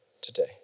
today